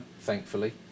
thankfully